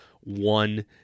one